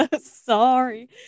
sorry